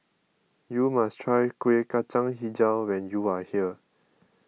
you must try Kuih Kacang HiJau when you are here